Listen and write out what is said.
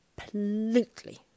completely